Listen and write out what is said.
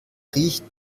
riecht